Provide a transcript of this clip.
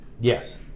Yes